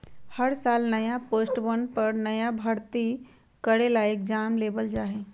हर साल नया पोस्टवन पर नया भर्ती करे ला एग्जाम लेबल जा हई